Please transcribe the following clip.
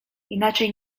inaczej